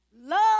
Love